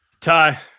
Ty